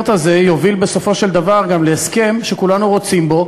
הזה יוביל בסופו של דבר גם להסכם שכולנו רוצים בו,